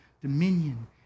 dominion